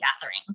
gathering